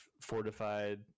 fortified